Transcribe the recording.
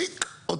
נו,